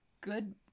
good